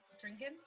drinking